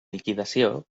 liquidació